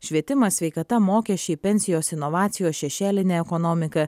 švietimas sveikata mokesčiai pensijos inovacijos šešėlinė ekonomika